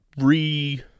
re